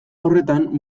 horretan